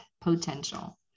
Potential